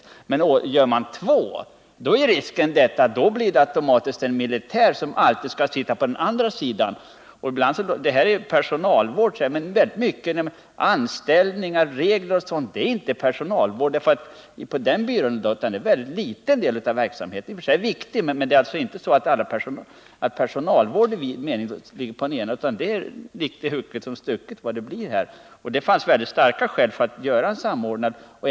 Gör man däremot två enheter, är risken större att det automatiskt blir en militär som alltid skall sitta på den andra sidan. Vi talar här om personalvård, men på personalsidan handläggs också ärenden som gäller arbetsmiljö, anställningar, regler etc. Den formellt sett rena personalvården utgör en i och för sig viktig men mycket liten del av verksamheten. Därför kommer personalvård i vid mening inte att ligga på den ena eller den andra sektionen, utan det är hugget som stucket hur fördelningen blir. Det fanns mycket starka skäl för att skapa en samordnad personalenhet.